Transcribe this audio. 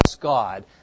God